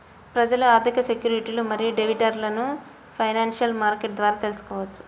ప్రజలు ఆర్థిక సెక్యూరిటీలు మరియు డెరివేటివ్లను ఫైనాన్షియల్ మార్కెట్ల ద్వారా తెల్సుకోవచ్చు